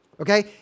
Okay